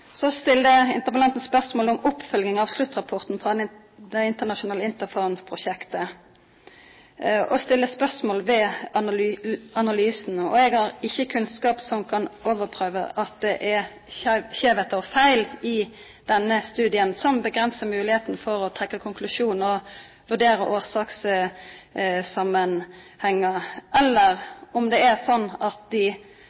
Så stilte interpellanten spørsmålet om oppfølginga av sluttrapporten frå det internasjonale Interphone-prosjektet og stiller spørsmål ved analysen. Eg har ikkje kunnskap som kan overprøva at det er skeivheitar og feil i denne studien, som avgrensar moglegheita for å trekkja konklusjonar og vurdera årsakssamanhengar, eller